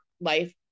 life